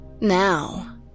Now